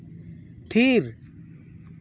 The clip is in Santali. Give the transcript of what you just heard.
ᱛᱷᱤᱨ